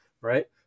right